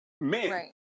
Men